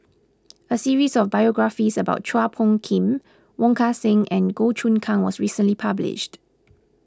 a series of biographies about Chua Phung Kim Wong Kan Seng and Goh Choon Kang was recently published